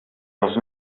els